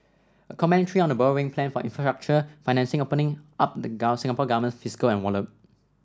a commentary on the borrowing plan for infrastructure financing opening up the Singapore Government's fiscal envelope